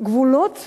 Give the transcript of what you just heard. גבולות